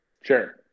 Sure